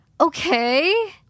Okay